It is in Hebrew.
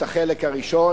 את החלק הראשון,